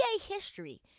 history